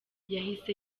yahise